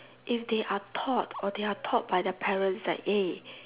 if they are taught or they are taught by their parents that eh